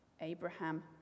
Abraham